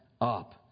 up